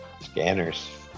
Scanners